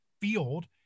field